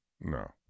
No